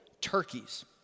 turkeys